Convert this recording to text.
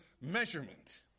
measurement